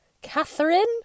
Catherine